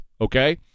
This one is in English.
okay